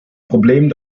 problem